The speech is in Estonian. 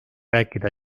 rääkida